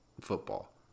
football